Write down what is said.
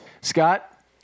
Scott